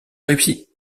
réussie